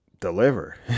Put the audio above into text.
deliver